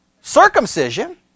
circumcision